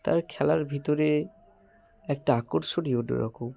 তার খেলার ভিতরে একটা আকর্ষণই অন্য রকম